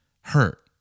hurt